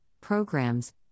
programs